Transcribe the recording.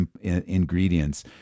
ingredients